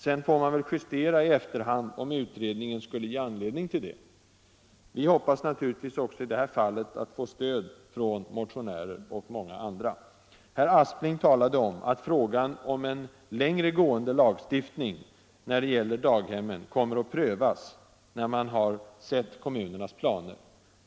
Sedan får man väl justera i efterhand om utredningen skulle ge anledning till det. Vi hoppas naturligtvis också i det här fallet få stöd av motionärer och många andra. Herr Aspling uttalade att frågan om en längre gående lagstiftning när det gäller daghemmen kommer att prövas när man har sett kommunernas planer.